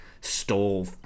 stole